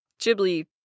Ghibli